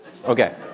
Okay